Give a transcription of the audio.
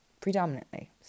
predominantly